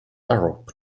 arab